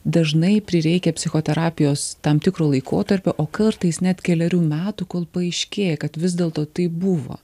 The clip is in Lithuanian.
dažnai prireikia psichoterapijos tam tikro laikotarpio o kartais net kelerių metų kol paaiškėja kad vis dėlto taip buvo